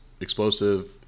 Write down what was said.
explosive